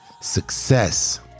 success